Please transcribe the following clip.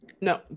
No